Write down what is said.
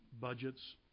budgets